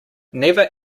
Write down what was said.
never